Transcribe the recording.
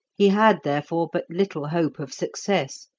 he had therefore but little hope of success,